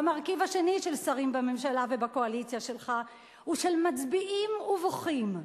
והמרכיב השני זה שרים בממשלה ובקואליציה שלך שמצביעים ובוכים,